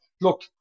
look